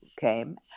came